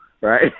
right